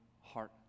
heart